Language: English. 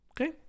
Okay